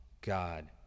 God